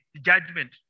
judgment